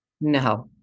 No